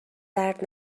درد